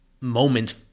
moment